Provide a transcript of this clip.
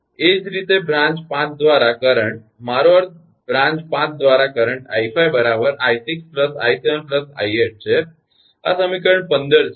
એ જ રીતે બ્રાંચ 5 દ્વારા કરંટ મારો અર્થ બ્રાંચ 5 દ્વારા કરંટ 𝐼5 𝑖6 𝑖7 𝑖8 છે આ સમીકરણ 15 છે